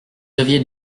aviez